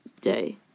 day